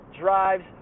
drives